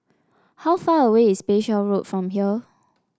how far away is Bayshore Road from here